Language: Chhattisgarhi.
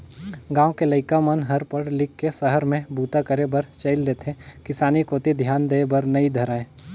गाँव के लइका मन हर पढ़ लिख के सहर में बूता करे बर चइल देथे किसानी कोती धियान देय बर नइ धरय